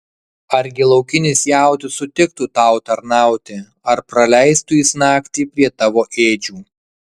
argi laukinis jautis sutiktų tau tarnauti ar praleistų jis naktį prie tavo ėdžių